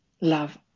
love